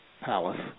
palace